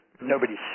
nobody's